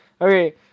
Okay